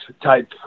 type